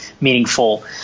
meaningful